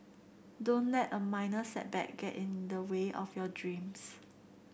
don't let a minor setback get in the way of your dreams